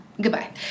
Goodbye